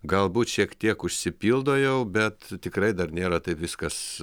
galbūt šiek tiek užsipildo jau bet tikrai dar nėra taip viskas